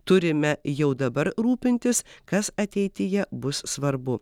turime jau dabar rūpintis kas ateityje bus svarbu